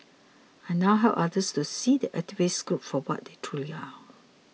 I now help others to see the activist group for what they truly are